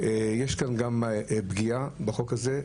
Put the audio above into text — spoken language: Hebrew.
יש כאן גם פגיעה בחוק הזה,